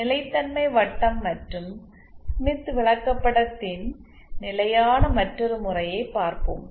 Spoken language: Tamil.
நிலைத்தன்மை வட்டம் மற்றும் ஸ்மித் விளக்கப்படத்தின் நிலையான மற்றொரு முறையை பார்ப்போம்